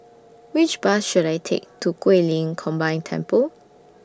Which Bus should I Take to Guilin Combined Temple